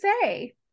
say